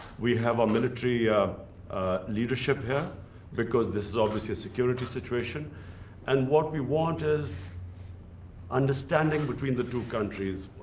we have a military leadership here because this is obviously a security situation and what we want is understanding between the two countries